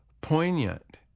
poignant